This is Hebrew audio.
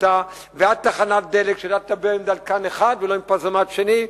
ועד תחנת דלק שיודעת לדבר עם דלקן אחד ולא עם פזומט שני.